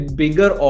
bigger